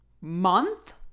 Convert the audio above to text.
month